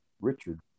Richard